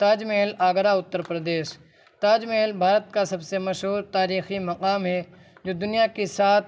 تاج محل آگرہ اتر پردیش تاج محل بھارت کا سب سے مشہور تاریخی مقام ہے جو دنیا کی سات